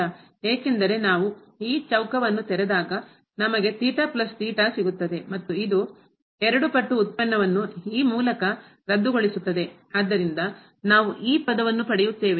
ಏಕೆಂದರೆ ನಾವು ಈ ಚೌಕ ವನ್ನು ತೆರೆದಾಗ ನಮಗೆ ಸಿಗುತ್ತದೆ ಮತ್ತು ಇದು 2 ಪಟ್ಟು ಉತ್ಪನ್ನವನ್ನು ಈ ಮೂಲಕ ರದ್ದುಗೊಳಿಸುತ್ತದೆ ಆದ್ದರಿಂದ ನಾವು ಈ ಪದವನ್ನು ಪಡೆಯುತ್ತೇವೆ